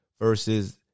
versus